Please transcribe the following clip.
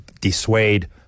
dissuade